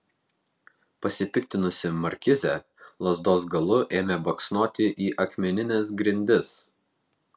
pasipiktinusi markizė lazdos galu ėmė baksnoti į akmenines grindis